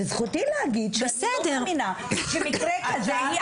וזכותי להגיד שאני לא מאמינה שמקרה כזה היה והיא לא יודעת עליו.